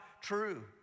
true